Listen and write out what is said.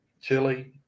chili